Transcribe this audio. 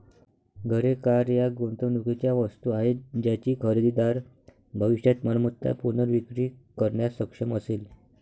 घरे, कार या गुंतवणुकीच्या वस्तू आहेत ज्याची खरेदीदार भविष्यात मालमत्ता पुनर्विक्री करण्यास सक्षम असेल